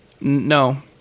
no